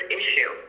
issue